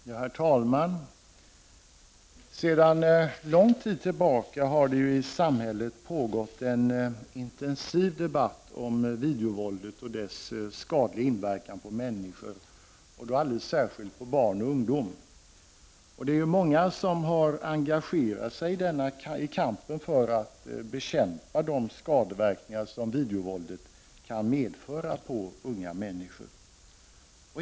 Herr talman! Sedan lång tid tillbaka har det i samhället pågått en intensiv debatt om videovåldet och dess skadliga inverkan på människor, och då alldeles särskilt på barn och ungdom. Många har engagerat sig i kampen för att bekämpa de skadeverkningar som videovåldet kan medföra på unga människor.